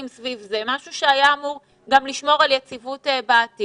סביב זה וזה גם משהו שהיה אמור גם לשמור על יציבות בעתיד